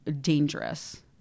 dangerous